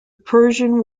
persian